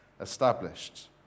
established